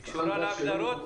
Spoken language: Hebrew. היא קשורה להגדרות?